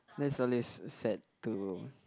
that's always sad to